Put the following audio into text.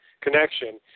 connection